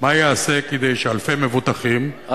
מה ייעשה כדי שאלפי מבוטחים לא יינטשו על-ידי